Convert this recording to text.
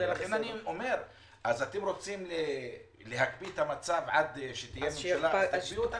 אתם רוצים להקפיא את המצב עד שתהיה ממשלה תקפיאו את הכול.